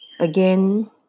Again